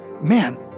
Man